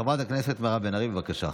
חברת הכנסת מירב בן ארי, בבקשה.